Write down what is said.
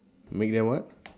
make them what